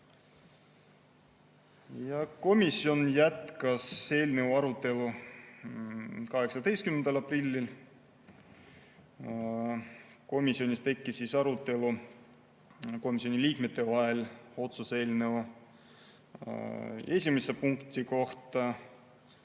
Komisjon jätkas eelnõu arutelu 18. aprillil. Komisjonis tekkis arutelu komisjoni liikmete vahel otsuse eelnõu esimese punkti üle.